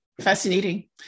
Fascinating